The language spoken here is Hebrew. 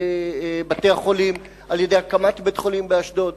בתי-החולים על-ידי הקמת בית-חולים באשדוד,